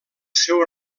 seu